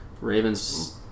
Ravens